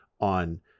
on